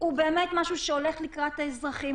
הוא באמת משהו שהולך לקראת האזרחים,